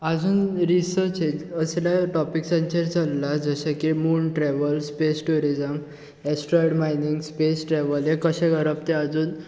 आजून रिसर्च हें असल्या टाॅपिक्सांचेर चल्ला जशें की moon travel space tourism asteroid mining space travel हें कशें करप तें आजून